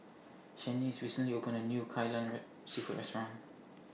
Shanice recently opened A New Kai Lan Red Seafood Restaurant